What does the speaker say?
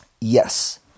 Yes